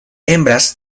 hembras